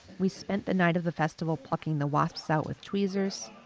we spent the night of the festival plucking the wasps out with tweezers,